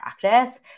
practice